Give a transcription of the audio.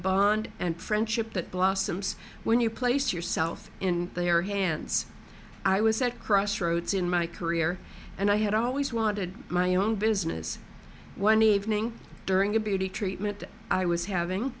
bond and friendship that blossoms when you place yourself in their hands i was at crossroads in my career and i had always wanted my own business one evening during a beauty treatment i was having